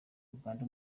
uganda